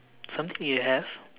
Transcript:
something you have